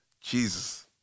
Jesus